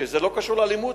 שזה לא קשור לאלימות,